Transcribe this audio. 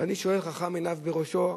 ואני שואל, חכם עיניו בראשו.